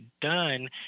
done